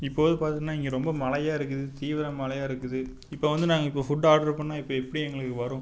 இப்போ வந்து பார்த்தோன்னா இங்கே ரொம்ப மழையா இருக்குது தீவிர மழையா இருக்குது இப்போ வந்து நாங்கள் இப்போ ஃபுட்டு ஆட்ரு பண்ணிணா இப்போ எப்படி எங்களுக்கு வரும்